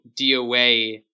DOA